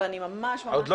איתי,